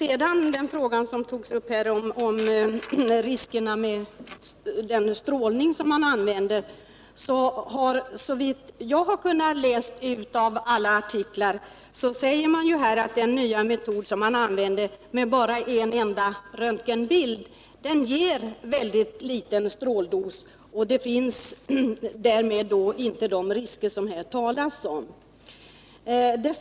I fråga om riskerna med den strålning som används har jag kunnat läsa ut av alla artiklar att den nya metod med bara en röntgenbild som används ger mycket små stråldoser och att det därmed inte finns några sådana risker som det talats om här.